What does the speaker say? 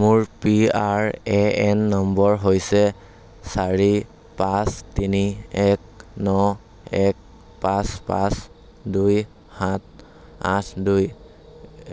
মোৰ P R A N নম্বৰ হৈছে চাৰি পাঁচ তিনি এক ন এক পাঁচ পাঁচ দুই সাত আঠ দুই